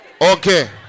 Okay